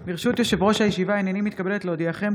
הינני מתכבדת להודיעכם,